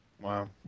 Wow